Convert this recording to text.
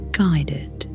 guided